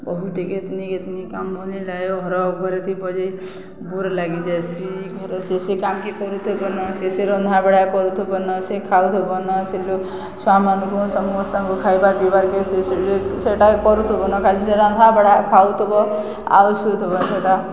ବହୁତ୍ଟେ କେତ୍ନି କେତ୍ନି କାମ୍ ଭଲ୍ ନି ଲାଗେ ଘର ଉପରେ ଥିବ ଯେ ବୋର୍ ଲାଗିଯାଏସି ଘରେ ସେ ସେ କାମ୍କେ କରୁଥିବନ ସେ ସେ ରନ୍ଧା ବଢ଼ା କରୁଥିବ ନ ସେ ଖାଉଥବ ନ ସେ ଲୋକ୍ ଛୁଆମାନ୍କୁ ସମସ୍ତଙ୍କୁ ଖାଇବାର୍ ପିଇବାର୍କେ ସେ ସେ ସେଟା କରୁଥିବନ ଖାଲି ସେ ରନ୍ଧା ବଢ଼ା ଖାଉଥିବ ଆଉ ସୁୁ ଥିବ ସେଟା